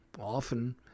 Often